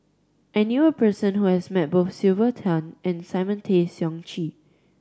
I knew a person who has met both Sylvia Tan and Simon Tay Seong Chee